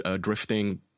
drifting